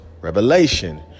revelation